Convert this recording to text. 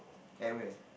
at where